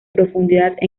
profundidad